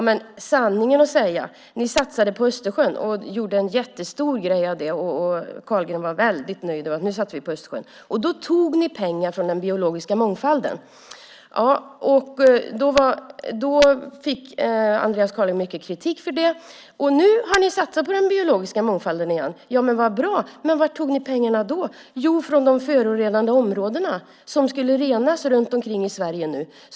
Men sanningen är att ni satsade på Östersjön och gjorde en jättestor grej av det, och Andreas Carlgren var väldigt nöjd. Då tog ni pengar som skulle satsas på den biologiska mångfalden. Andreas Carlgren fick mycket kritik för det. Nu har ni satsat på den biologiska mångfalden igen. Det är bra. Men varifrån tog ni pengarna? Jo, ni tog pengar som skulle satsas på att rena de förorenade områdena runt om i Sverige.